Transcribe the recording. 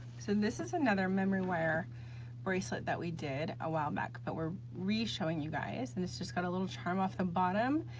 so, this is another memory wire bracelet that we did a while back but we're re-showing you guys and this just got a little charm off the bottom.